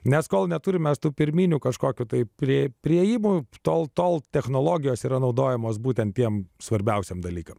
nes kol neturime mes tų pirminių kažkokių taip prie priėjimų tol tol technologijos yra naudojamos būtent tiems svarbiausiems dalykams